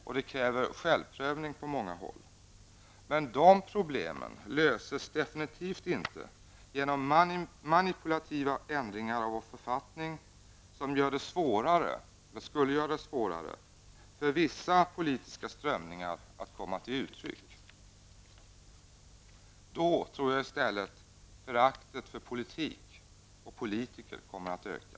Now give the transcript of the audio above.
Och det kräver självprövning på många håll. Men de problemen löses absolut inte genom manipulativa ändringar av vår författning som skulle göra det svårare för vissa politiska strömningar att komma till uttryck. Då tror jag i stället att föraktet för politik och politiker kommer att öka.